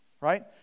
right